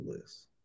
list